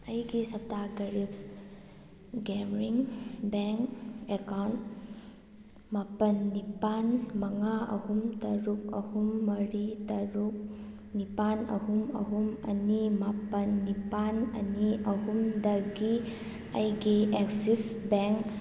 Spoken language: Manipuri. ꯑꯩꯒꯤ ꯁꯞꯇꯥꯒꯔꯤꯞꯁ ꯒꯦꯃꯔꯤꯡ ꯕꯦꯡ ꯑꯦꯀꯥꯎꯟ ꯃꯥꯄꯜ ꯅꯤꯄꯥꯜ ꯃꯉꯥ ꯑꯍꯨꯝ ꯇꯔꯨꯛ ꯑꯍꯨꯝ ꯃꯔꯤ ꯇꯔꯨꯛ ꯅꯤꯄꯥꯜ ꯑꯍꯨꯝ ꯑꯍꯨꯝ ꯑꯅꯤ ꯃꯥꯄꯜ ꯅꯤꯄꯥꯜ ꯑꯅꯤ ꯑꯍꯨꯝꯗꯒꯤ ꯑꯩꯒꯤ ꯑꯦꯛꯖꯤꯁ ꯕꯦꯡ